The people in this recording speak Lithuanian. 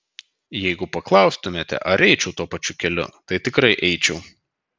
jeigu paklaustumėte ar eičiau tuo pačiu keliu tai tikrai eičiau